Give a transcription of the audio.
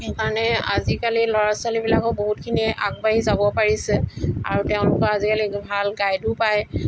সেইকাৰণে আজিকালি ল'ৰা ছোৱালীবিলাকো বহুতখিনি আগবাঢ়ি যাব পাৰিছে আৰু তেওঁলোকৰ আজিকালি ভাল গাইডো পায়